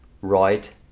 right